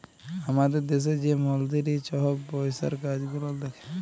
আমাদের দ্যাশে যে মলতিরি ছহব পইসার কাজ গুলাল দ্যাখে